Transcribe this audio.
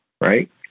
right